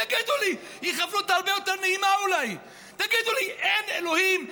תגידו לי, אין לכם אלוהים?